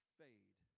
fade